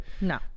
No